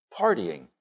Partying